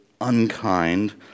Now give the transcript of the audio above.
unkind